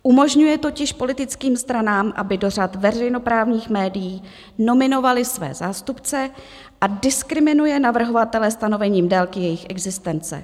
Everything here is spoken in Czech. Umožňuje totiž politickým stranám, aby do řad veřejnoprávních médií nominovaly své zástupce, a diskriminuje navrhovatele stanovením délky jejich existence.